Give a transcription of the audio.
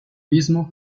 mismo